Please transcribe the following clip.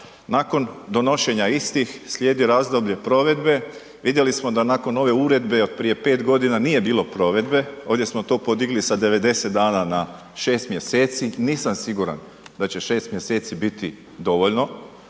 nakon donošenja istih slijedi razdoblje provedbe. Vidjeli smo da nakon ove uredbe od prije 5 godina nije bilo provedbe, ovdje smo to podigli sa 90 dana na 6 mjeseci, nisam siguran da će 6 mjeseci biti dovoljno,